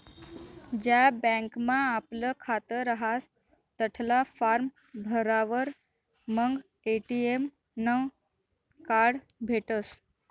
ज्या बँकमा आपलं खातं रहास तठला फार्म भरावर मंग ए.टी.एम नं कार्ड भेटसं